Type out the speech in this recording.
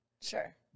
Sure